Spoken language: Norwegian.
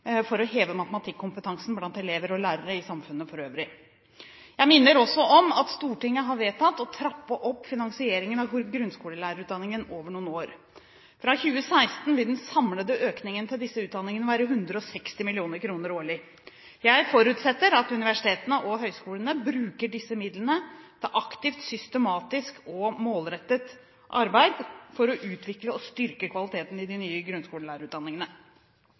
for å heve matematikkompetansen blant elever, lærere og i samfunnet for øvrig. Jeg minner også om at Stortinget har vedtatt å trappe opp finansieringen av grunnskolelærerutdanningene over noen år. Fra 2016 vil den samlede økningen til disse utdanningene være 160 mill. kr årlig. Jeg forutsetter at universitetene og høyskolene bruker disse midlene til aktivt, systematisk og målrettet arbeid for å utvikle og styrke kvaliteten i de nye grunnskolelærerutdanningene.